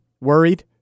worried